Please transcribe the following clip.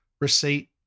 receipt